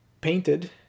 painted